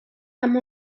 amb